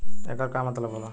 येकर का मतलब होला?